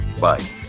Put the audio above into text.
bye